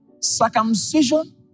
circumcision